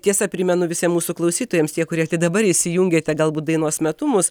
tiesa primenu visiem mūsų klausytojams tie kurie dabar įsijungėte galbūt dainos metu mus